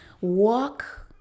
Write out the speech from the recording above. Walk